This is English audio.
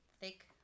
Thick